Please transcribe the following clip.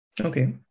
Okay